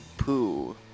poo